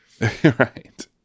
Right